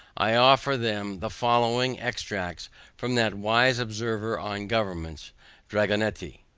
i offer them the following extracts from that wise observer on governments dragonetti.